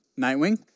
Nightwing